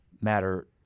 matter